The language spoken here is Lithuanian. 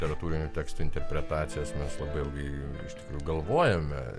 tarptautinio teksto interpretacijas mes labai ilgai iš tikrųjų galvojame